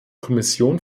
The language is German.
kommission